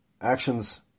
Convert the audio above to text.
actions